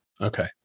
Okay